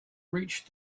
reached